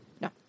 No